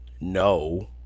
No